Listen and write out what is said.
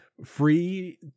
free